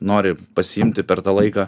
nori pasiimti per tą laiką